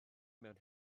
mewn